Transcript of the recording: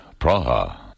Praha